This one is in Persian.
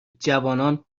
جوانان